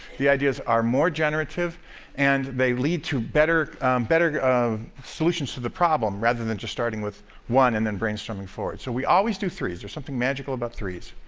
the ideas are more generative and they lead to better better solutions to the problem rather than just starting with one and then brainstorming forward. so we always do threes there's something magical about threes.